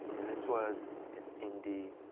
and this was an indie